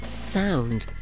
sound